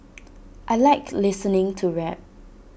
I Like listening to rap